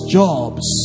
jobs